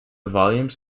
volumes